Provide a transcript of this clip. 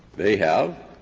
they have,